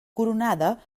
coronada